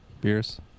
Beers